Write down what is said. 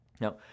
Now